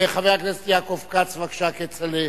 חבר הכנסת יעקב כץ, בבקשה, כצל'ה,